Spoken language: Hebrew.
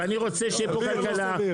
ואני רוצה שיפור כלכלה.